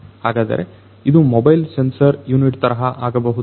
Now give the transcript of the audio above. ಹಾಗಾದರೆ ಇದು mobile sensor unit ತರಹ ಆಗಬಹುದಾ